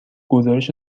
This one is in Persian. گزارش